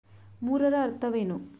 ಮೂರರ ಅರ್ಥವೇನು?